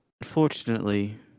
unfortunately